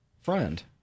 friend